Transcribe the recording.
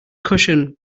cushion